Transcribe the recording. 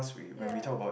ya